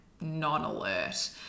non-alert